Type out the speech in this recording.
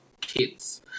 kids